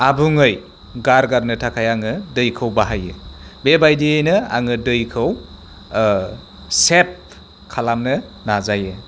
आबुङै गारगारनो थाखाय आंङो दैखौ बाहायो बेबायदियैनो आंङो दैखौ सेभ खालामनो नाजायो